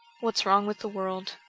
what's wrong with the world